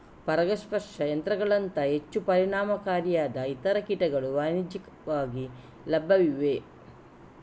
ಪರಾಗಸ್ಪರ್ಶ ಯಂತ್ರಗಳಂತಹ ಹೆಚ್ಚು ಪರಿಣಾಮಕಾರಿಯಾದ ಇತರ ಕೀಟಗಳು ವಾಣಿಜ್ಯಿಕವಾಗಿ ಲಭ್ಯವಿವೆ